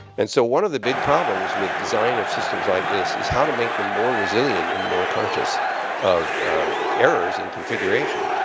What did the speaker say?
and so one of the big problems with design of systems like this is how to make them more resilient and more conscious of errors in configuration.